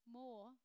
more